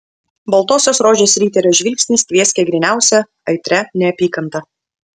baltosios rožės riterio žvilgsnis tvieskė gryniausia aitria neapykanta